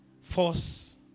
force